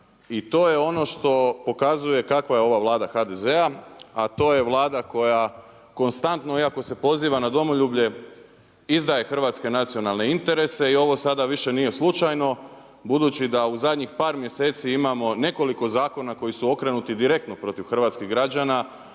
i to je ono što pokazuje kakva je ova Vlada HDZ-a a to je Vlada koja konstantno iako se poziva na domoljublje izdaje hrvatske nacionalne interese i ovo sada više nije slučajno budući da u zadnjih par mjeseci imamo nekoliko zakona koji su okrenuti direktno protiv hrvatskih građana